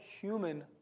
human